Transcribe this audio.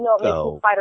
No